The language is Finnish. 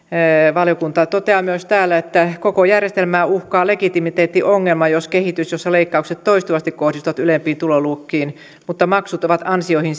valiokunta toteaa myös täällä että koko järjestelmää uhkaa legitimiteettiongelma jos kehitys jossa leikkaukset toistuvasti kohdistuvat ylempiin tuloluokkiin mutta maksut ovat ansioihin